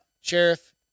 sheriff